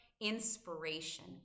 inspiration